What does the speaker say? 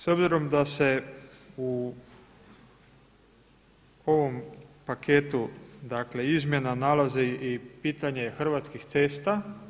S obzirom da se u ovom paketu dakle izmjene nalazi i pitanje Hrvatskih cesta.